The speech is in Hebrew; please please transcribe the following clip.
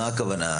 למה הכוונה?